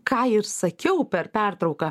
ką ir sakiau per pertrauką